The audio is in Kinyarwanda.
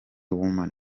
women